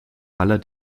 aller